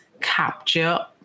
capture